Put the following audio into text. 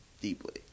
deeply